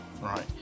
right